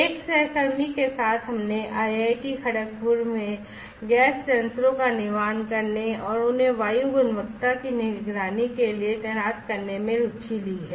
एक सहकर्मी के साथ हमने IIT खड़गपुर में गैस सेंसरों का निर्माण करने और उन्हें वायु गुणवत्ता की निगरानी के लिए तैनात करने में रुचि ली है